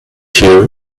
year